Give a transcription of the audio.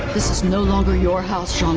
this is no longer your house, um